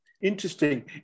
Interesting